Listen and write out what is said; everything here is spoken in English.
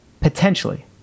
potentially